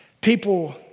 people